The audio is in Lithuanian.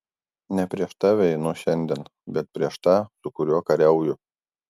ne prieš tave einu šiandien bet prieš tą su kuriuo kariauju